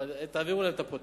תעבירו להם את הפרוטוקול,